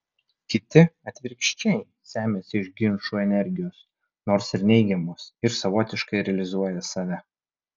kiti atvirkščiai semiasi iš ginčų energijos nors ir neigiamos ir savotiškai realizuoja save